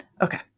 Okay